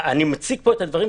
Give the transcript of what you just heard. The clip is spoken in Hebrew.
אני מציג פה את המצוקה.